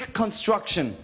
construction